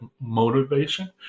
motivation